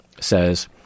says